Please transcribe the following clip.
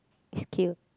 it's cute